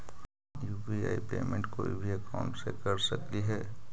हम UPI payment कोई भी अकाउंट से कर सकली हे?